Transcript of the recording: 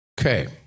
Okay